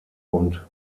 und